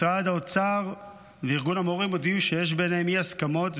משרד האוצר וארגון המורים הודיעו שיש ביניהם אי-הסכמות,